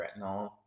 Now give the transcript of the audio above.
retinol